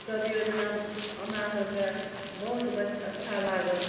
सब योजना हमरा सबके बहुत अच्छा लागल